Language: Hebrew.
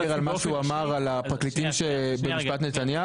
יאיר נתניהו צריך להיחקר על מה שהוא אמר על הפרקליטים במשפט נתניהו?